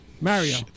Mario